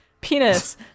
penis